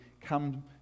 come